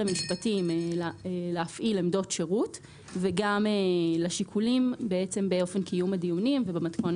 המשפטים להפעיל עמדות שירות וגם לשיקולים באופן קיום הדיונים ובמתכונת